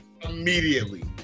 immediately